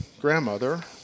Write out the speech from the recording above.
grandmother